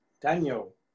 Daniel